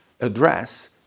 address